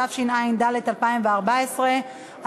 התשע"ד 2014,